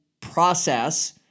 process